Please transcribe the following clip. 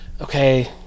okay